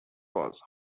was